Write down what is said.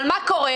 אבל מה קורה?